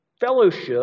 fellowship